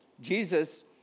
Jesus